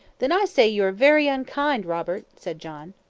then i say you are very unkind, robert, said john.